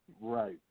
Right